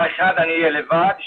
אני צריכה ללמוד יותר את